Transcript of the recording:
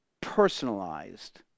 personalized